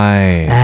Right